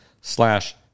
slash